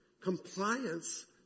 Compliance